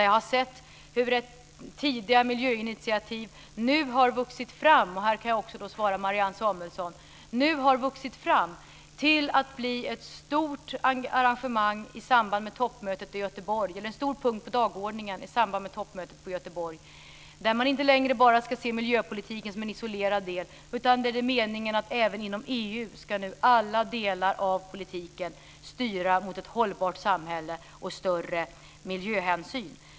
Jag har sett hur ett tidigt miljöinitiativ nu har vuxit fram - och här kan jag också svara Marianne Samuelsson - och blivit en stor punkt på dagordningen i samband med toppmötet i Göteborg. Man ska inte längre bara se miljöpolitiken som en isolerad del, utan meningen är att även inom EU ska nu alla delar av politiken styra mot ett hållbart samhälle och mot större miljöhänsyn.